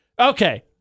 Okay